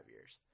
years